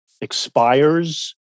expires